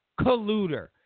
colluder